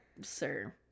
sir